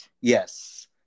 Yes